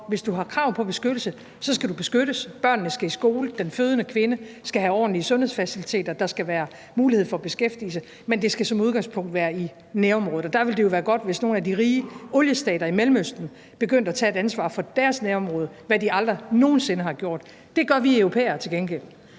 hvis du har krav på beskyttelse, så skal du beskyttes; børnene skal i skole, den fødende kvinde skal have ordentlige sundhedsfaciliteter, der skal være mulighed for beskæftigelse. Men det skal som udgangspunkt være i nærområdet, og der ville det jo være godt, hvis nogle af de rige oliestater i Mellemøsten begyndte at tage det ansvar for deres nærområder, hvad de aldrig nogen sinde har gjort. Det gør vi europæere til gengæld.